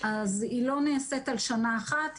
אז היא לא נעשית על שנה אחת,